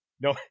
no